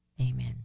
Amen